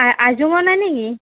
আ আইজঙৰ নাই নেকি